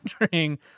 wondering